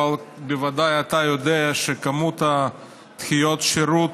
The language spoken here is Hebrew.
אבל בוודאי אתה יודע שמספר דחיות השירות